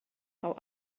how